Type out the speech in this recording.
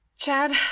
Chad